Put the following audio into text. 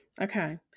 Okay